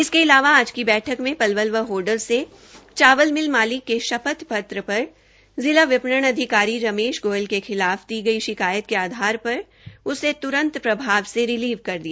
इसके अलावा आज की बैठक में पलवल व होडल से चावल मिल मालिक के शपथ पत्र पर जिला विपणन अधिकारी रमेश गोयल के खिलाफ दी गई शिकायत के आधार पर उसे तुरंत प्रभाव से रिलीव कर दिया